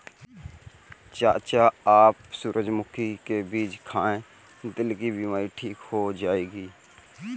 चाचा आप सूरजमुखी के बीज खाइए, दिल की बीमारी ठीक हो जाएगी